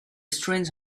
strange